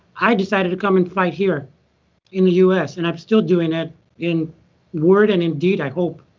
i decided to come and fight here in the u s. and i'm still doing it in word and in deed, i hope.